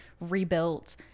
rebuilt